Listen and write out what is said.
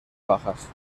bajas